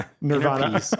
nirvana